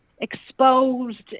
exposed